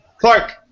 Clark